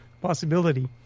possibility